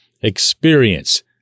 experience